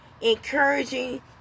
encouraging